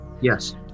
yes